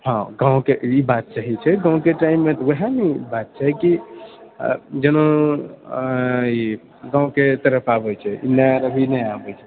हँ गाँवके ई बात सही छै गाँवके टाइममे ओएह ने बात छै की जेना ई गाँवके तरफ आबै छै लहर अभी नहि आबै छै